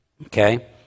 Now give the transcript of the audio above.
Okay